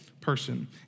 Person